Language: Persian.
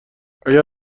اگر